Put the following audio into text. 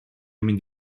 mynd